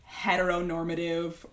heteronormative